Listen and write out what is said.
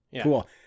Cool